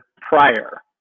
prior